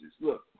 Look